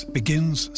begins